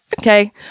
Okay